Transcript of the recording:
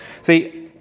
See